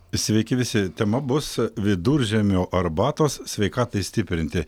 sveiki visi tema bus viduržiemio arbatos sveikatai stiprinti